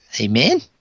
Amen